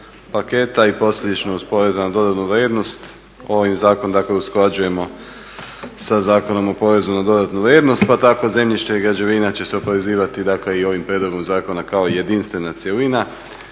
paketa i posljedično uz porez na dodanu vrijednost ovaj zakon usklađujemo sa Zakonom o porezu na dodatnu vrijednost pa tako zemljište i građevine će se oporezivati i ovim prijedlogom zakona kao jedinstvena cjelina